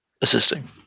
assisting